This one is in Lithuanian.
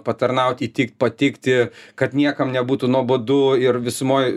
patarnaut įtikt patikti kad niekam nebūtų nuobodu ir visumoj